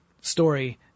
story